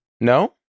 No